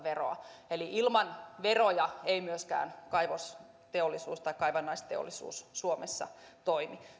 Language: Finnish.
eli ilman veroja ei myöskään kaivosteollisuus tai kaivannaisteollisuus suomessa toimi